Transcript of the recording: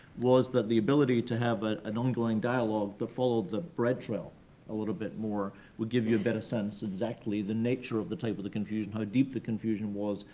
was that the ability to have an an ongoing dialog that followed the bread trail a little bit more, would give you a better sense exactly, the nature of the type of the confusion, how deep the confusion was,